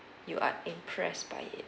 you are impressed by it